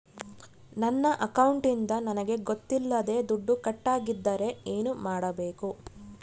ನನ್ನ ಅಕೌಂಟಿಂದ ನನಗೆ ಗೊತ್ತಿಲ್ಲದೆ ದುಡ್ಡು ಕಟ್ಟಾಗಿದ್ದರೆ ಏನು ಮಾಡಬೇಕು?